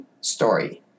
story